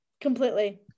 Completely